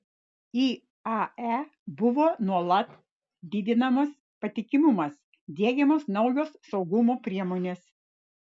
iae buvo nuolat didinamas patikimumas diegiamos naujos saugumo priemonės